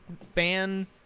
fan